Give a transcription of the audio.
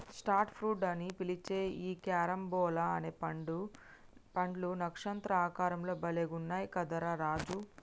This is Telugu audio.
స్టార్ ఫ్రూట్స్ అని పిలిచే ఈ క్యారంబోలా అనే పండ్లు నక్షత్ర ఆకారం లో భలే గున్నయ్ కదా రా రాజు